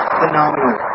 phenomenal